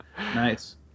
Nice